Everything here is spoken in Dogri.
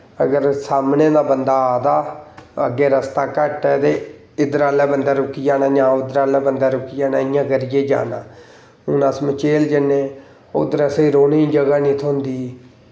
अगर सामनै दा बंदा आ'रदा अग्गें रस्ता घट्ट ऐ ते इद्धरा ओह्ले बंदै रुकी जाना जां उद्धर ओह्ले बंदै रुकी जाना इ'यां करियै जाना हून अस मचेल जन्ने उद्धर असें रौह्ने गी जगह निं थ्होंदी